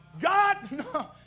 God